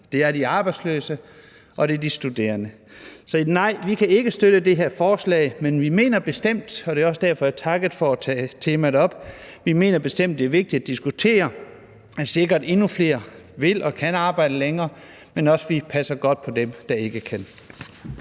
det er de arbejdsløse, og det er de studerende. Så nej, vi kan ikke støtte det her forslag, men vi mener bestemt, og det var også derfor, jeg takkede for at tage temaet op, at det er vigtigt at diskutere, hvordan vi sikrer, at endnu flere vil og kan arbejde længere, men også hvordan vi passer godt på dem, der ikke kan.